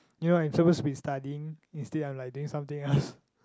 you know I'm supposed to be studying instead I'm like doing something else